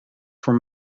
voor